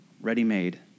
ready-made